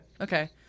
Okay